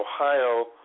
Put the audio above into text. Ohio